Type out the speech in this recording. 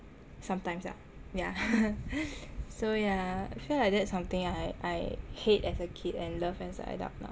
sometimes lah yah so yah feel like that's something I I hate as a kid and love as an adult now